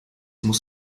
muss